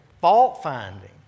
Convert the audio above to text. fault-finding